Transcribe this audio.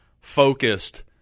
focused